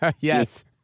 yes